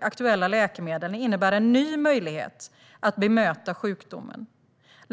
aktuella läkemedlen innebär en ny möjlighet att bemöta sjukdomen.